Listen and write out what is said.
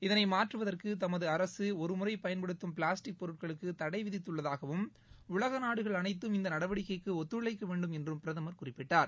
இதனை மாற்றுவதற்கு தமது அரசு ஒருமுறை பயன்படுத்தும் பிளாஸ்டிக் பொருட்களுக்கு தடை விதித்துள்ளதாகவும் உலக நாடுகள் அனைத்தும் இந்த நடவடிக்கைக்கு ஒத்துழைக்க வேண்டும் என்றும் பிரதமர் குறிப்பிட்டார்